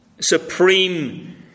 supreme